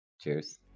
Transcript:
Cheers